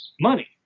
money